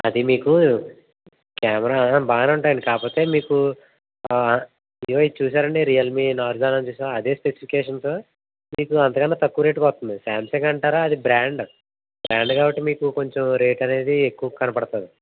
అది మీకూ క్యామరా బాగానే ఉంటాయండి కాకపోతే మీకు ఇదిగో ఇది చూశారా అండి రియల్మీ నార్జో అని చూశావా అదే స్పెసిఫికేషన్తో మీకు అంతకన్నా తక్కువ రేటుకు వస్తుంది శాంసంగ్ అంటారా అది బ్రాండు బ్రాండు కాబట్టి మీకు కొంచం రేటు అనేది ఎక్కువు కనపడతుంది